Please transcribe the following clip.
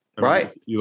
Right